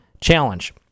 challenge